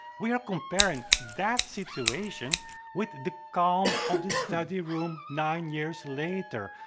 we are comparing that situation with the calm of the study room nine years later,